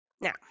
now